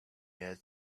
had